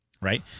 Right